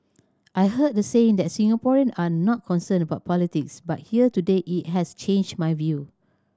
I heard the saying that Singaporean are not concerned about politics but here today it has changed my view